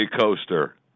Coaster